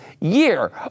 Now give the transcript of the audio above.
year